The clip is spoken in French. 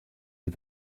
est